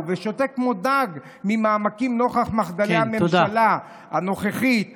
ושותק כמו דג ממעמקים נוכח מחדלי הממשלה הנוכחית,